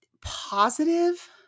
positive